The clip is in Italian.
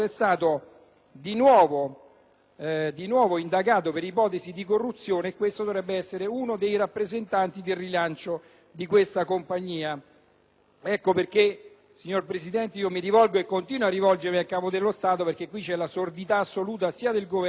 di nuovo indagato per ipotesi di corruzione e questa persona dovrebbe essere uno degli esponenti del rilancio di tale compagnia. Ecco perché, signora Presidente, mi rivolgo e continuo a rivolgermi al Capo dello Stato, perché qui c'è una sordità assoluta sia del Governo che del Parlamento.